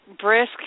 brisk